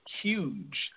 huge